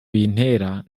bintera